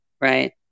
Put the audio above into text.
right